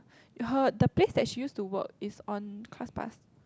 her the place that she used to work is on ClassPass